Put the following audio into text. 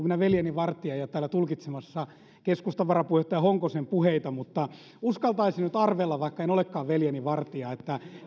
minä veljeni vartija ja ja täällä tulkitsemassa keskustan varapuheenjohtajan honkosen puheita mutta uskaltaisin nyt arvella vaikka en olekaan veljeni vartija että